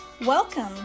Welcome